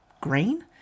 green